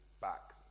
back